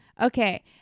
Okay